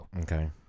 Okay